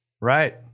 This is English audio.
Right